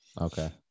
Okay